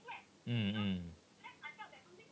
mm mm